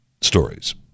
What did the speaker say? stories